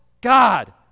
God